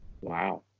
Wow